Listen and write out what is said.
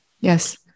Yes